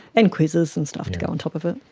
and quizzes and stuff to go on top of it.